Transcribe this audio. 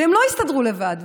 והם לא הסתדרו לבד.